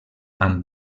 amb